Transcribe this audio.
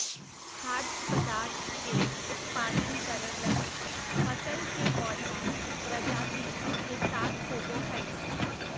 खाद्य पदार्थ के उत्पादन करैय लगी फसल के पौधा प्रजाति के साथ होबो हइ